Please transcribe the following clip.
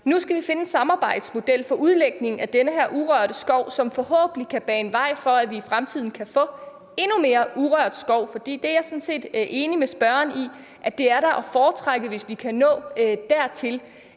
Nu skal vi finde en samarbejdsmodel for udlægning af den her urørte skov, som forhåbentlig kan bane vej for, at vi i fremtiden kan få endnu mere urørt skov. For jeg er sådan set enig med spørgeren i, at det da er at foretrække, hvis vi kan nå dertil.